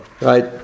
right